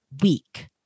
weak